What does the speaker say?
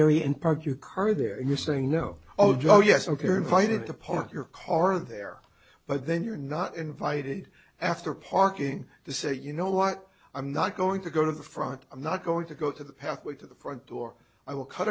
area and park your car there and you're saying no oh joe yes ok are invited to park your car there but then you're not invited after parking the say you know what i'm not going to go to the front i'm not going to go to the pathway to the front door i will cut